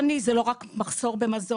עוני זה לא רק מחסור במזון.